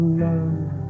love